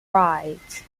rides